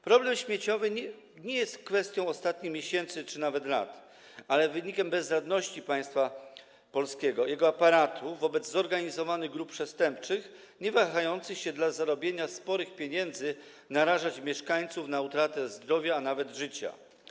Problem śmieciowy nie jest kwestią ostatnich miesięcy czy nawet lat, ale wynikiem bezradności państwa polskiego, jego aparatu wobec zorganizowanych grup przestępczych niewahających się dla zarobienia sporych pieniędzy narażać mieszkańców na utratę zdrowia, a nawet życia.